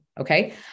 Okay